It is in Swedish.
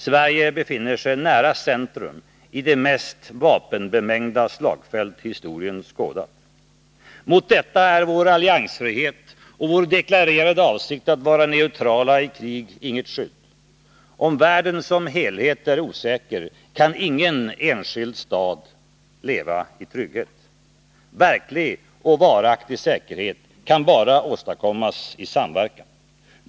Sverige befinner sig nära centrum i det mest vapenbemängda slagfält historien skådat. Mot detta är vår alliansfrihet och vår deklarerade avsikt att vara neutrala i krig inget skydd. Om världen som helhet är osäker, kan ingen enskild stat leva i trygghet. Verklig och varaktig säkerhet kan bara åstadkommas i samverkan.